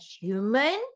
human